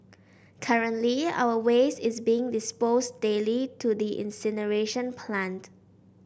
currently our waste is being disposed daily to the incineration plant